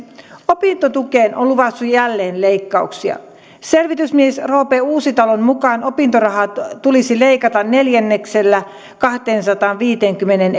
opintotukeen on luvattu jälleen leikkauksia selvitysmies roope uusitalon mukaan opintorahaa tulisi leikata neljänneksellä kahteensataanviiteenkymmeneen